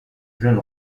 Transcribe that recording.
jeune